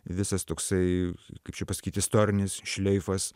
visas toksai kaip čia pasakyt istorinis šleifas